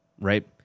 right